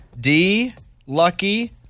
D-Lucky